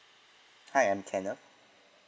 hi I am kenneth